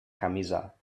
camisa